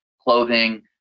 clothing